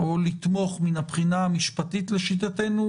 או לתמוך מן הבחינה המשפטית לשיטתנו,